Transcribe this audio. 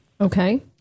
Okay